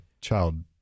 child